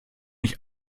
ich